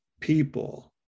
people